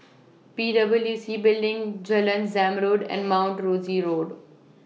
P W C Building Jalan Zamrud and Mount Rosie Road